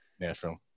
Nashville